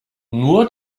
nur